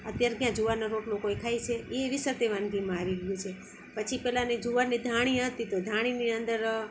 અત્યારે ક્યાં જુવારનો રોટલો કોઈ ખાય છે એય વિસરાતી વાનગીમાં આવી ગયું છે પછી પહેલાંની જુવારની ધાણી હતી તો ધણીની અંદર